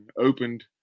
opened